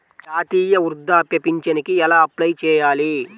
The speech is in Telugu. జాతీయ వృద్ధాప్య పింఛనుకి ఎలా అప్లై చేయాలి?